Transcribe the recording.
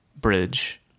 bridge